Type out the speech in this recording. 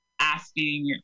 asking